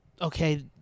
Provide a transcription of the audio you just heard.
okay